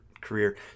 career